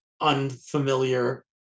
unfamiliar